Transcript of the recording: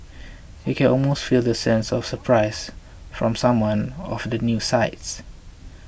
you can almost feel the sense of surprise from someone of the news sites